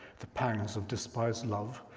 the pangs of despised love,